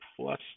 plus